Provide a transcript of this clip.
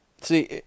See